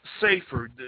safer